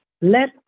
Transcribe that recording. let